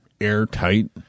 airtight